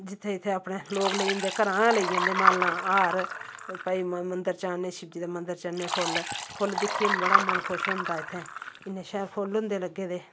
जित्थे जित्थे अपने लोग लेई जंदे घरां लेई जंदे मालां हार भाई मंदर चाढ़ने शिवजी दे मंदर चढ़ने फोल्ल फोल्ल दिक्खियै बड़़ा मन खुश होंदा इत्थे इन्ने शैल फोल्ल होदें लग्गे दे